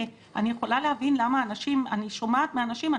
אני שומעת מאנשים,